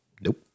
Nope